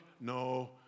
no